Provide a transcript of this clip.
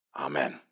Amen